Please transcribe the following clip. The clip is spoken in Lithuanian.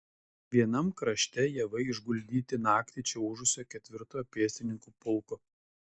vienam krašte javai išguldyti naktį čia ūžusio ketvirtojo pėstininkų pulko